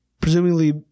presumably